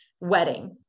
wedding